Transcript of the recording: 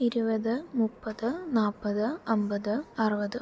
ഇരുപത് മുപ്പത് നാല്പത് അമ്പത് അറുപത്